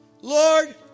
Lord